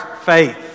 faith